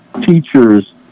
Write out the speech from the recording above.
teachers